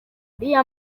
uriya